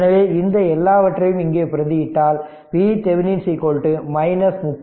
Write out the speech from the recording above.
எனவே இந்த எல்லாவற்றையும் இங்கே பிரதி இட்டால் VThevenin 30